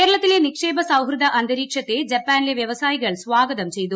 കേരളത്തിലെ നിക്ഷേപ സൌഹൃദ അന്തരീക്ഷത്തെ ജപ്പാനിലെ വ്യവസായികൾ സ്വാഗതം ചെയ്തു